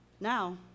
Now